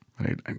right